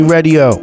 Radio